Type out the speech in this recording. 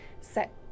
set